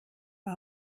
war